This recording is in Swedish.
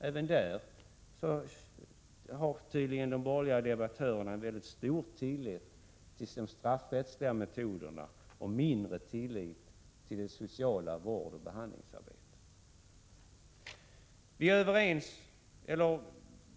Även där har de borgerliga debattörerna tydligen stor tillit till de straffrättsliga metoderna och mindre tillit till det sociala vårdoch behandlingsarbetet.